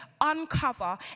uncover